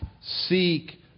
seek